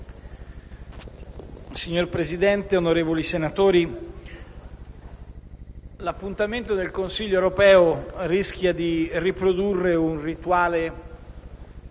Signor Presidente del Senato, onorevoli senatori, l'appuntamento del Consiglio europeo rischia di riprodurre un rituale